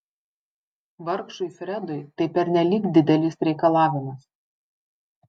vargšui fredui tai pernelyg didelis reikalavimas